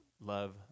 love